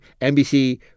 NBC